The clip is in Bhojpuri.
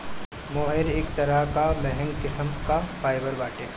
मोहेर एक तरह कअ महंग किस्म कअ फाइबर बाटे